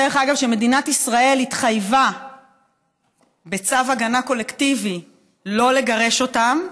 דרך אגב שמדינת ישראל התחייבה בצו הגנה קולקטיבי שלא לגרש אותם,